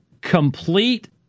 complete